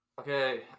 Okay